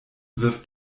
wirft